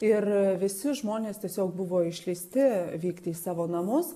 ir visi žmonės tiesiog buvo išleisti vykti į savo namus